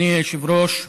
אדוני היושב-ראש,